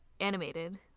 animated